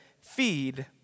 feed